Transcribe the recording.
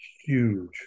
huge